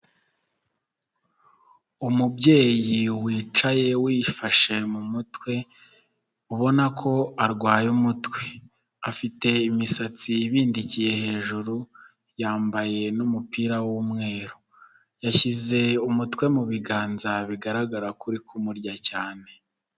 Umubyeyi wicaye wifashe mu mutwe ubona ko arwaye umutwe, afite imisatsi ibindikiye hejuru yambaye n'umupira w'umweru, yashyize umutwe mu biganza bigaragara ko uri kumurya cyane.